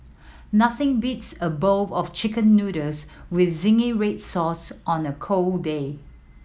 nothing beats a bowl of Chicken Noodles with zingy red sauce on a cold day